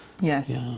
Yes